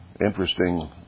Interesting